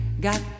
got